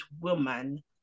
woman